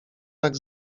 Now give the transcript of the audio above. tak